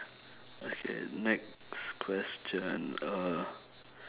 okay next question uh